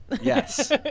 Yes